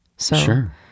Sure